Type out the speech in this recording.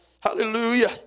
hallelujah